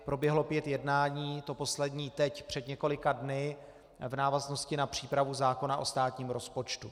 Proběhlo pět jednání, to poslední teď před několika dny, v návaznosti na přípravu zákona o státním rozpočtu.